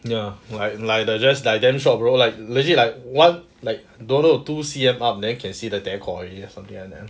ya like like the just damn short bro like legit like one like don't know two C_M up then can see teh kor already or something like that